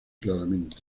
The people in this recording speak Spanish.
claramente